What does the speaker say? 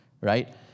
right